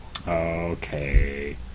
Okay